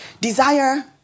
Desire